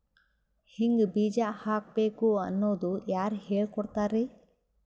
ಹಿಂಗ್ ಬೀಜ ಹಾಕ್ಬೇಕು ಅನ್ನೋದು ಯಾರ್ ಹೇಳ್ಕೊಡ್ತಾರಿ?